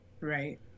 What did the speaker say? right